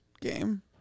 game